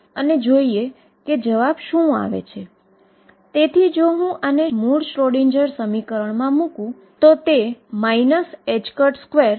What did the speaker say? તેથી તેને stationary state માટે શ્રોડિંજર Schrödinger સમીકરણ તરીકે ઓળખવામાં આવે છે